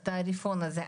התעריפון הזה,